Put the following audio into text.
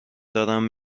دارم